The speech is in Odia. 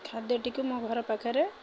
ଖାଦ୍ୟଟିକୁ ମୋ ଘର ପାଖରେ